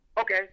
Okay